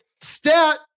stat